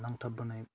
नांथाबबोनाय